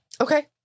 Okay